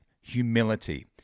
humility